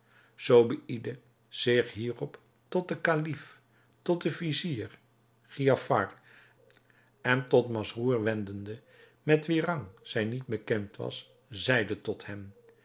zobeïde zich hierop tot den kalif tot den vizier giafar en tot masrour wendende met wier rang zij niet bekend was zeide tot hen